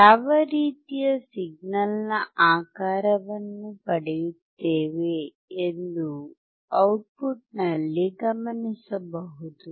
ಯಾವ ರೀತಿಯ ಸಿಗ್ನಲ್ನ ಆಕಾರವನ್ನು ಪಡೆಯುತ್ತೇವೆ ಎಂದು ಔಟ್ಪುಟ್ನಲ್ಲಿ ಗಮನಿಸಬಹುದು